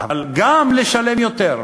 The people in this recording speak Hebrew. אבל גם לשלם יותר,